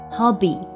Hobby